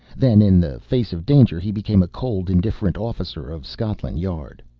then, in the face of danger, he became a cold, indifferent officer of scotland yard.